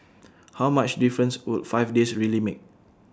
how much difference would five days really make